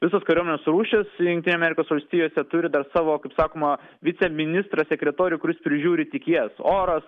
visos kariuomenės rūšys jungtinių amerikos valstijose turi dar savo kaip sakoma viceministrą sekretorių kuris prižiūri tik jas oras